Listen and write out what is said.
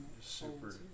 super